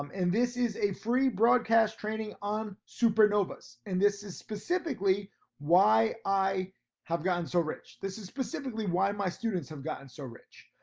um and this is a free broadcast training on supernovas. and this is specifically why i have gotten so rich. this is specifically why my students have gotten so rich.